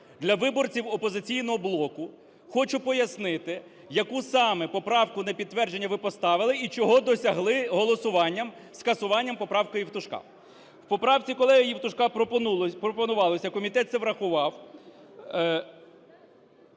Для виборців "Опозиційного блоку" хочу пояснити, яку саме поправку на підтвердження ви поставили і чого досягли голосуванням, скасуванням поправки Євтушка. В поправці колеги Євтушка пропонувалося, комітет це врахував…